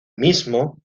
mismo